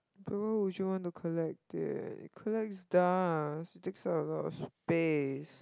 but why would you want to collect it it collects dust it takes up a lot of space